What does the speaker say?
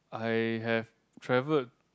I have traveled